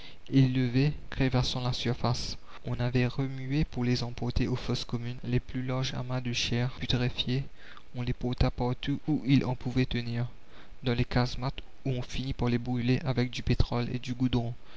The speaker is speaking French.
ils levaient crevassant la surface on avait remué pour les emporter aux fosses communes les plus larges amas de chairs putréfiées on les porta partout où il en pouvait tenir dans les casemates où on finit par les brûler avec du pétrole et du goudron